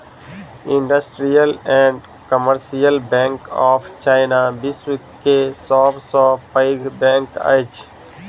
industrial and commercial bank of China, विश्व के सब सॅ पैघ बैंक अछि